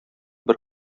бер